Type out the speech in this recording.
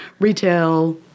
retail